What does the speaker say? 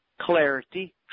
clarity